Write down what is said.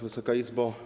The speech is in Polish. Wysoka Izbo!